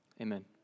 Amen